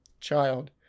child